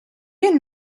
you